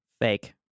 Fake